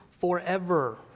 forever